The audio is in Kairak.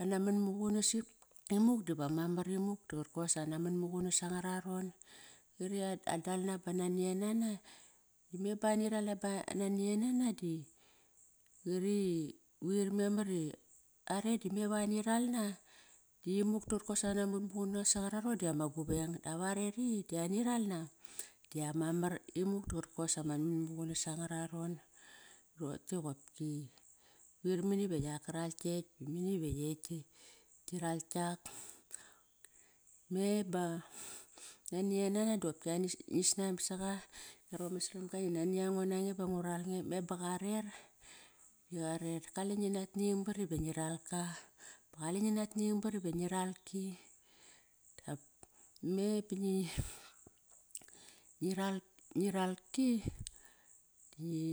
ana mun muqunas imuk diva ma mar imuk doqarkos ana mun mugunas anga ra ron. Kari adal na ba nanien nana dime ba ani ral na ba nanien nana di qari quir memari are di me va ani ralna di muk daqor kos an munmuqunas angararon diama guveng dap are ri, di ani ralna diama mar imuk qarkos ama man muqunas anga raron. Roqote qopki quir mani va yak karal kekt mani ve yekt ki ral kiak.' Me ba nanien nana dopki ngi snanbat saqa, ngia roman saram ga, nanianga nange va ngu ral nge, me ba qarer, di qarer, kale ngie naning bat iva ngi ral ki Dap me bangi, ngi ralki di ngi.